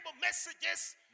messages